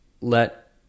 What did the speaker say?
let